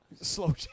Slow